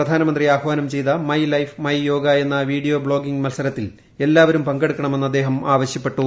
പ്രധാനമന്ത്രി ആഹ്വാനം ചെയ്ത മൈ ലൈഫ് മൈ യോഗ എന്ന വീഡിയോ ബ്ലോഗിംഗ് മത്സരത്തിൽ എല്ലാവരും പങ്കെടുക്കണമെന്ന് അദ്ദേഹം ആവശ്യപ്പെട്ടു